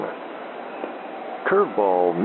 Curveball